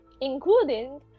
including